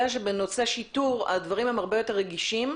שבנושא שיטור הדברים הם הרבה יותר רגישים,